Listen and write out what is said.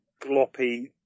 gloppy